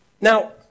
Now